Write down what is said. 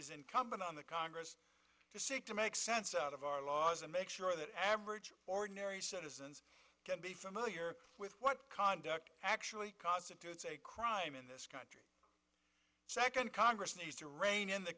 is incumbent on the congress to make sense out of our laws to make sure that average ordinary citizens can be familiar with what conduct actually constitutes a crime in this country second congress needs to rein in the